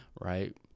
right